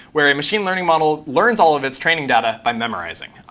where a machine learning model learns all of its training data by memorizing.